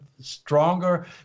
stronger